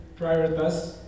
prioritize